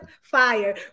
fire